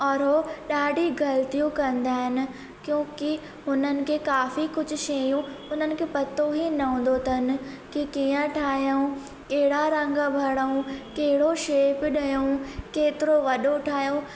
ॾाढी ग़ल्तियूं कंदा आहिनि क्योंकि हुननि खे काफ़ी कुझु शयूं उन्हनि खे पतो ई न हूंदो अथनि कि कीअं ठाहियूं कहिड़ा रंग भरूं कहिड़ो शेप ॾियूं केतिरो वॾो ठाहियूं